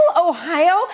Ohio